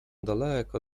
daleko